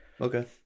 okay